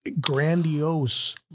grandiose